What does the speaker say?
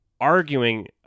arguing